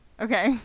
Okay